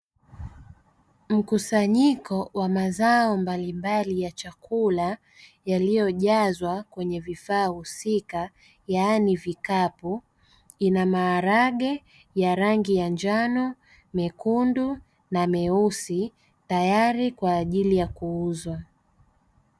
Mkusanyiko wa mazao mbalimbali ya chakula yaliyojazwa kwenye vifaa husika yaani vikapu; ina maharage ya rangi ya njano mekundu na meusi tayari kwa ajili ya kuuzwa.